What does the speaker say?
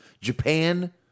Japan